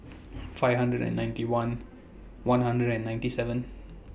five hundred and ninety one one hundred and ninety seven